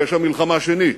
פשע מלחמה שני.